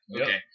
Okay